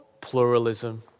pluralism